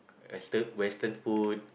western western food